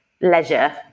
leisure